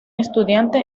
estudiante